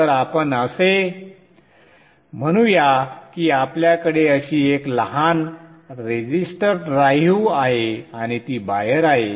तर आपण असे म्हणूया की आपल्याकडे अशी एक लहान रेझिस्टर ड्राइव्ह आहे आणि ती बाहेर आहे